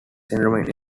syndrome